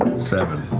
seven.